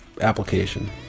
application